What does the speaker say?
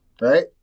right